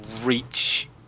reach